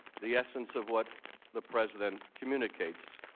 the essence of what the president communicates.